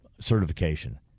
certification